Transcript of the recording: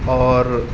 اور